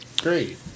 Great